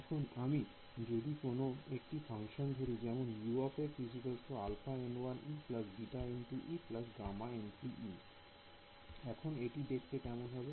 এখন আমি যদি কোন একটি ফাংশন ধরি যেমন এখন এটি দেখতে কেমন হবে